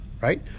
right